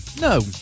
No